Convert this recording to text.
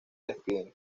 despiden